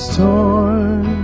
torn